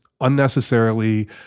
unnecessarily